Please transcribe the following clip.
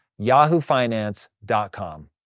yahoofinance.com